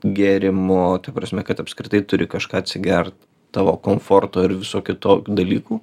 gėrimo ta prasme kad apskritai turi kažką atsigert tavo komforto ir visokių tokių dalykų